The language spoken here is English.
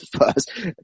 first